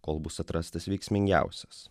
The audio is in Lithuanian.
kol bus atrastas veiksmingiausias